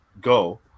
go